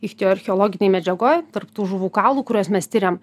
ictioarcheologinėj medžiagoj tarp tų žuvų kaulų kuriuos mes tiriam